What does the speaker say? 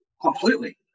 completely